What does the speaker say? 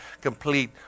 complete